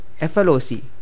FLOC